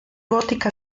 gótica